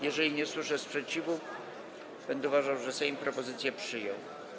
Jeżeli nie usłyszę sprzeciwu, będę uważał, że Sejm propozycję przyjął.